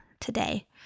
today